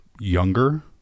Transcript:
younger